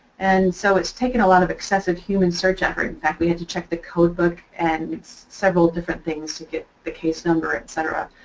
and so it's taken a lot of excessive human search effort. in fact, we had to check the codebook and several different things to get the case number, etc.